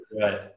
right